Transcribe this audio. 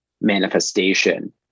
manifestation